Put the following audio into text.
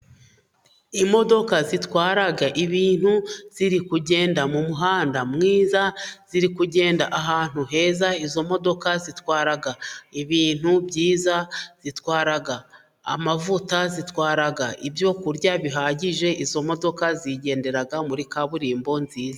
Imodoka zitwara ibintu ziri kugenda mu muhanda mwiza, ziri kugenda ahantu heza izo modoka zitwara ibintu byiza, zitwara amavuta zitwara ibyo kurya bihagije. Izo modoka zigendera muri kaburimbo nziza.